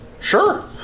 Sure